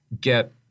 get